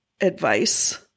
advice